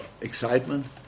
excitement